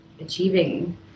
achieving